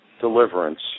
deliverance